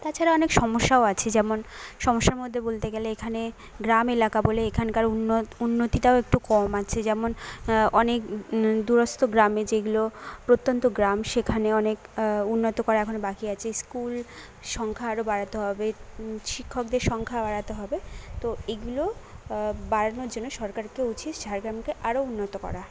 তাছাড়া অনেক সমস্যাও আছে যেমন সমস্যার মধ্যে বলতে গেলে এখানে গ্রাম এলাকা বলে এখানকার উন্নতিটাও একটু কম আছে যেমন অনেক দুরস্ত গ্রামে যেগুলো প্রত্যন্ত গ্রাম সেখানে অনেক উন্নত করা এখন বাকি আছে স্কুল সংখ্যা আরো বাড়াতে হবে শিক্ষকদের সংখ্যা বাড়াতে হবে তো এগুলো বাড়ানোর জন্য সরকারকে উচিত ঝাড়গ্রামকে আরো উন্নত করা